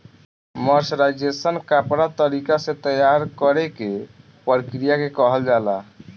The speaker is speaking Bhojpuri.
मर्सराइजेशन कपड़ा तरीका से तैयार करेके प्रक्रिया के कहल जाला